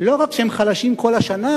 לא רק שהם חלשים כל השנה,